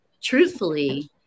truthfully